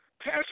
pass